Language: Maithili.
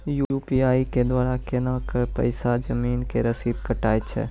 यु.पी.आई के द्वारा केना कऽ पैसा जमीन के रसीद कटैय छै?